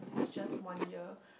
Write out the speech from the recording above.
it's just one year